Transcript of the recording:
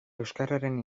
euskararen